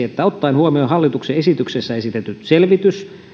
että ottaen huomioon hallituksen esityksessä esitetty selvitys